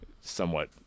somewhat